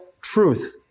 Truth